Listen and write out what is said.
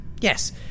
Yes